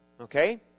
okay